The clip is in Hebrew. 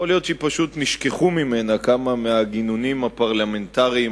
יכול להיות שפשוט נשכחו ממנה כמה מהגינונים הפרלמנטריים